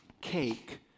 cake